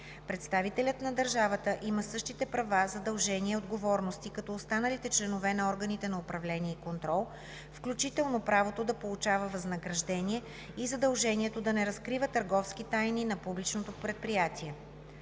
Представителят на държавата има същите права, задължения и отговорности като останалите членове на органите на управление и контрол, включително правото да получава възнаграждение и задължението да не разкрива търговски тайни на публичното предприятие.